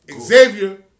Xavier